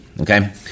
okay